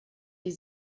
die